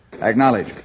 Acknowledge